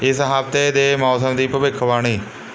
ਇਸ ਹਫ਼ਤੇ ਦੇ ਮੌਸਮ ਦੀ ਭਵਿੱਖਬਾਣੀ